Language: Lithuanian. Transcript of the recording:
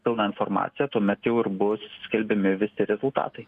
pilną informaciją tuomet jau ir bus skelbiami visi rezultatai